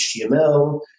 HTML